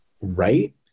right